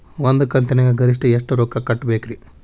ಒಂದ್ ಕಂತಿನ್ಯಾಗ ಗರಿಷ್ಠ ಎಷ್ಟ ರೊಕ್ಕ ಕಟ್ಟಬೇಕ್ರಿ?